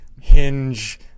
Hinge